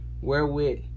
wherewith